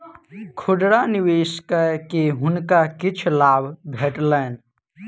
खुदरा निवेश कय के हुनका किछ लाभ भेटलैन